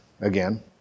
again